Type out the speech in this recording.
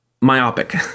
myopic